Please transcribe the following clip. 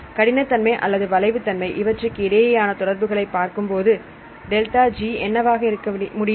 கடினத்தன்மை அல்லது வளைவு தன்மை இவற்றிற்கு இடையேயான தொடர்புகளை பார்க்கும்போது டெல்டா G என்னவாக இருக்க முடியும்